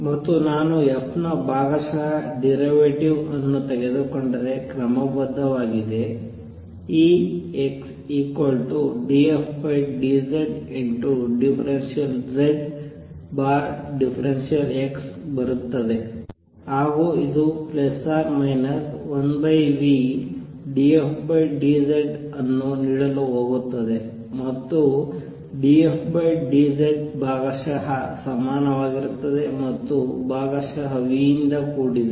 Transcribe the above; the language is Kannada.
ಮತ್ತು ನಾನು f ನ ಭಾಗಶಃ ಡಿರವೇಟಿವ್ ಅನ್ನು ತೆಗೆದುಕೊಂಡರೆ ಕ್ರಮಬದ್ಧವಾಗಿದೆ ಈ x dfdz∂zx ಬರುತ್ತದೆ ಹಾಗೂ ಇದು 1vdfdz ಅನ್ನು ನೀಡಲು ಹೋಗುತ್ತದೆ ಮತ್ತು dfdz ಭಾಗಶಃ ಸಮಾನವಾಗಿರುತ್ತದೆ ಮತ್ತು ಭಾಗಶಃ v ಯಿಂದ ಕೂಡಿದೆ